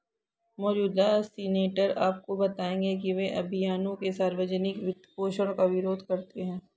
मौजूदा सीनेटर आपको बताएंगे कि वे अभियानों के सार्वजनिक वित्तपोषण का विरोध करते हैं